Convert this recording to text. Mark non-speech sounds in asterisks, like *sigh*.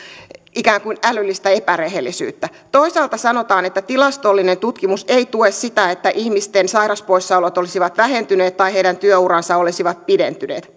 ikään kuin älyllistä epärehellisyyttä toisaalta sanotaan että tilastollinen tutkimus ei tue sitä että ihmisten sairauspoissaolot olisivat vähentyneet tai heidän työuransa olisivat pidentyneet *unintelligible*